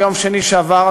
ביום שני שעבר,